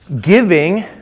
Giving